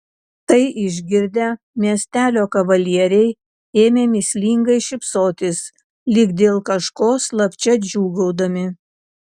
tai išgirdę miestelio kavalieriai ėmė mįslingai šypsotis lyg dėl kažko slapčia džiūgaudami